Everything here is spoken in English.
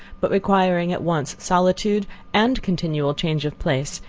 but requiring at once solitude and continual change of place,